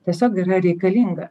tiesiog yra reikalinga